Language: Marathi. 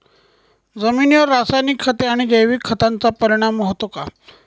जमिनीवर रासायनिक खते आणि जैविक खतांचा परिणाम होतो का?